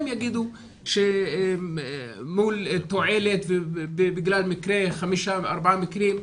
הם יגידו שמול תועלת ובגלל ארבעה-חמישה מקרים,